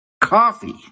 coffee